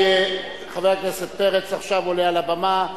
רבותי, חבר הכנסת פרץ עולה עכשיו על הבמה.